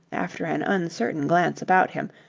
after an uncertain glance about him,